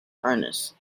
harness